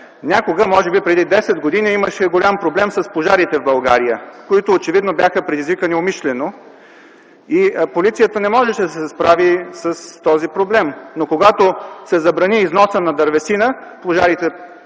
Някога, може би преди 10 години, имаше голям проблем с пожарите в България, които очевидно бяха предизвиквани умишлено и полицията не можеше да се справи него. Но когато се забрани износът на дървесина, пожарите